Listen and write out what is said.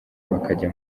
bakajya